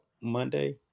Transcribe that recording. Monday